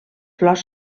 flors